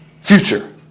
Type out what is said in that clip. Future